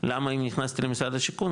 למה אם נכנסתי למשרד השיכון,